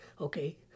okay